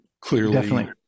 clearly